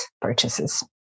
purchases